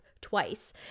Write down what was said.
twice